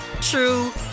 true